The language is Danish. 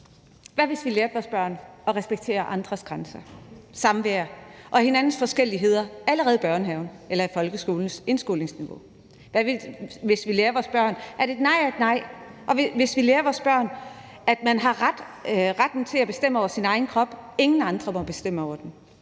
Hvad hvis vi lærte vores børn at respektere andres grænser, samvær og hinandens forskelligheder allerede i børnehaven eller i folkeskolens indskoling? Hvad hvis vi lærte vores børn, at et nej er et nej, og hvis vi lærte børn, at man har retten til bestemme over sin egen krop, og at ingen andre må bestemme over den?